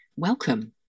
welcome